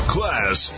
Class